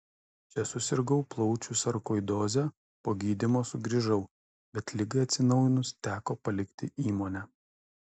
čia susirgau plaučių sarkoidoze po gydymo sugrįžau bet ligai atsinaujinus teko palikti įmonę